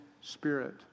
spirit